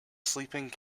sleeping